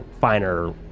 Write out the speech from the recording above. finer